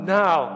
now